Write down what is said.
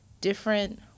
different